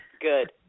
Good